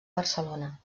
barcelona